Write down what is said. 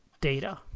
data